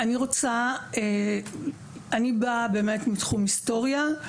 אני באה מתחום ההיסטוריה.